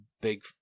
big